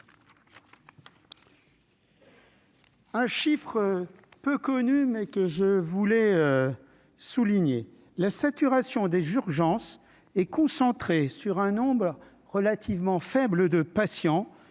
Un chiffre peu connu mais que je voulais souligner la saturation des urgences et concentrée sur un nombre relativement faible de patients